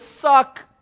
suck